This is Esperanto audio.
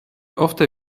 ofte